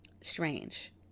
strange